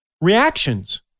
reactions